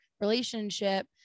relationship